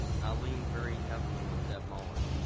leaned very heavily on deb muller,